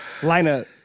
lineup